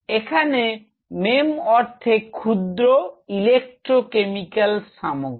এখানে নিম অর্থে ক্ষুদ্র electro mechanical সামগ্রী